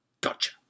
Gotcha